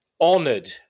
honored